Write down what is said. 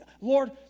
Lord